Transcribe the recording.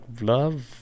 love